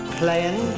playing